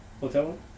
hotel